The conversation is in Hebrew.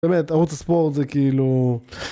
באמת, ערוץ הספורט זה כאילו...